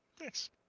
Yes